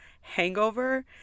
hangover